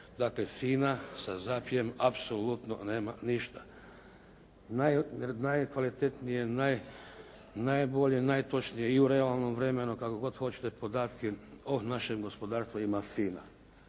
Dakle FINA sa ZAP-om apsolutno nema ništa. Najkvalitetnije, najbolje i najtočnije i u realnom vremenom kako god hoćete, podatke o našem gospodarstvu ima FINA.